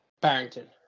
Barrington